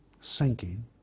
sinking